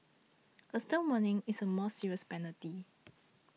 a stern warning is a more serious penalty